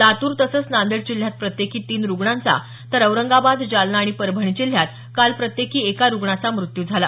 लातूर तसंच नांदेड जिल्ह्यात प्रत्येकी तीन रुग्णांचा तर औरंगाबाद जालना आणि परभणी जिल्ह्यात काल प्रत्येकी एका रुग्णाचा मृत्यू झाला